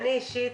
אני אישית